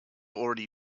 already